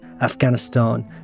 Afghanistan